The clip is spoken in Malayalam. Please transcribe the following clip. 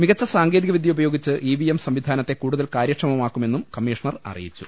മികച്ച സാങ്കേതിക വിദ്യ ഉപയോഗിച്ച് ഇ വി എം സംവിധാനത്തെ കൂടുതൽ കാര്യക്ഷമമാക്കുമെന്നും കമ്മീഷണർ അറിയിച്ചു